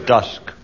Dusk